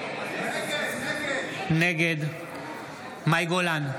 נגד מאי גולן,